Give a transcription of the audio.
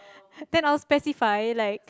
then I'll specify like